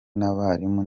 n’abarimu